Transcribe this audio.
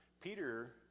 Peter